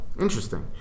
interesting